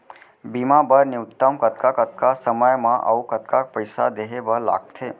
बीमा बर न्यूनतम कतका कतका समय मा अऊ कतका पइसा देहे बर लगथे